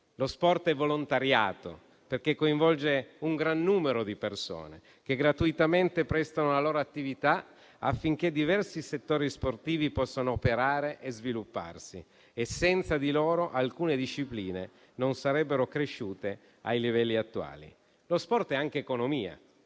Lo sport è volontariato, perché coinvolge un gran numero di persone che, gratuitamente, prestano la loro attività affinché diversi settori sportivi possano operare e svilupparsi. E senza di loro alcune discipline non sarebbero cresciute ai livelli attuali. Lo sport è anche economia,